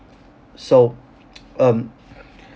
so um